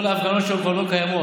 כל ההפגנות שם כבר לא קיימות.